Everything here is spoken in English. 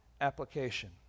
application